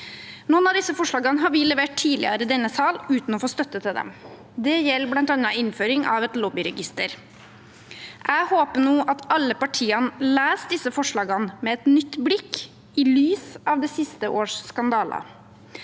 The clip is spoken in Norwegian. Noen av disse forslagene har vi levert tidligere i denne sal uten å få støtte til dem. Det gjelder bl.a. innføring av et lobbyregister. Jeg håper at alle partiene nå leser disse forslagene med et nytt blikk, i lys av det siste års skandaler,